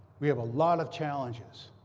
we have a lot of challenges.